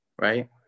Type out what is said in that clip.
right